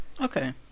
Okay